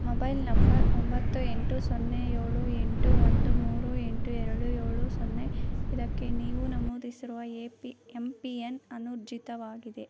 mobile number ಒಂಬತ್ತು ಎಂಟು ಸೊನ್ನೆ ಏಳು ಎಂಟು ಒಂದು ಮೂರು ಎಂಟು ಎರಡು ಏಳು ಸೊನ್ನೆ ಇದಕ್ಕೆ ನೀವು ನಮೂದಿಸಿರುವ ಎ ಪಿ ಎಂ ಪಿನ್ ಅನೂರ್ಜಿತವಾಗಿದೆ